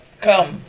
Come